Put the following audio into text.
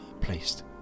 placed